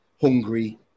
hungry